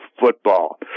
football